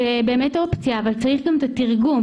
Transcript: זאת באמת אופציה אבל צריך גם בתרגום.